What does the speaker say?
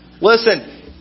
Listen